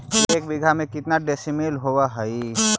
एक बीघा में केतना डिसिमिल होव हइ?